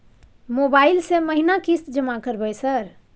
Mobile से महीना किस्त जमा करबै सर?